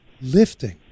lifting